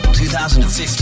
2015